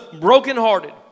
brokenhearted